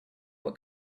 what